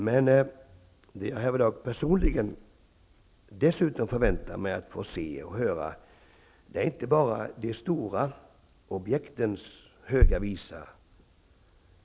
Men jag förväntar mig dessutom att få se och höra inte bara de stora objektens Höga visa.